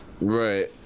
right